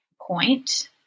point